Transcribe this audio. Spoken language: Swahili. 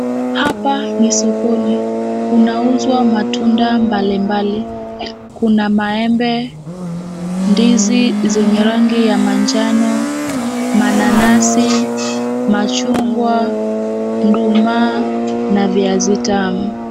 Hapa ni sokoni. Kunauzwa matunda mbalimbali. Kuna maembe, ndizi zenye rangi ya manjano, mananasi, machungwa, nduma na viazi tamu.